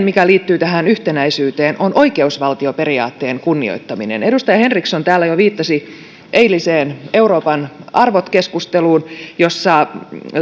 mikä liittyy tähän yhtenäisyyteen on oikeusvaltioperiaatteen kunnioittaminen edustaja henriksson täällä jo viittasi eiliseen euroopan arvot keskusteluun jossa